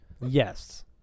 Yes